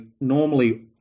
normally